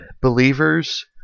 believers